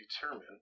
determine